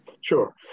Sure